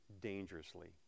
dangerously